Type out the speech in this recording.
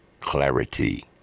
clarity